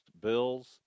Bills